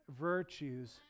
virtues